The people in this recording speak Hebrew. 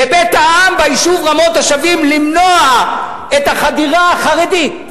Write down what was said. בבית-העם ביישוב רמות-השבים למנוע את החדירה החרדית.